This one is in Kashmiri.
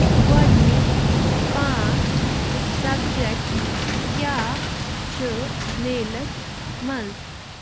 گَۄڈٕنِکۍ پانٛژھ سبجکٹ کیٛاہ چھِ میلَس منٛز